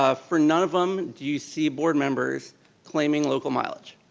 ah for none of them do you see board members claiming local mileage.